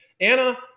Anna